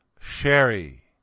Sherry